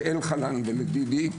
לאלחנן ולדידי,